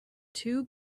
two